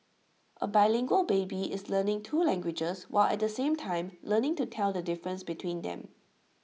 A bilingual baby is learning two languages while at the same time learning to tell the difference between them